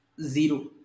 Zero